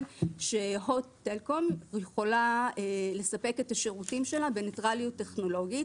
שהוט טלקום יכולה לספק את השירותים שלה בניטרליות טכנולוגית.